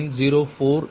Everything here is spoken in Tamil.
0093 j0